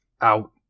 out